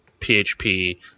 PHP